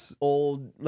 old